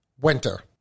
Winter